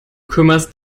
kümmerst